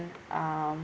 um